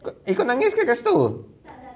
eh kau nangis ke kat situ